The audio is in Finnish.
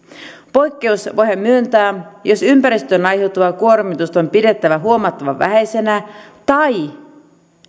poikkeus voidaan myöntää jos ympäristölle aiheutuvaa kuormitusta on pidettävä huomattavan vähäisenä tai